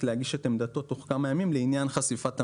להגיש את עמדתו תוך כמה ימים לעניין חשיפת המידע.